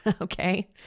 okay